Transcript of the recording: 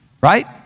right